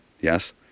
Yes